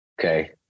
okay